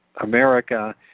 America